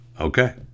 Okay